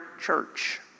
church